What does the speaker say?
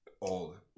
old